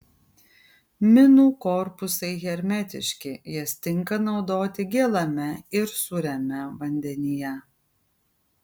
minų korpusai hermetiški jas tinka naudoti gėlame ir sūriame vandenyje